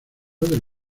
del